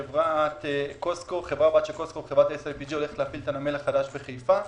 חברת בת של קוסקו שהולכת להפעיל את הנמל החדש בחיפה,